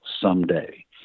someday